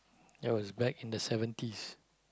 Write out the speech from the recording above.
that was back in the seventies